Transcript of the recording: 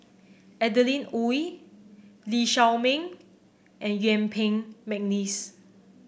Adeline Ooi Lee Shao Meng and Yuen Peng McNeice